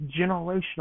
generational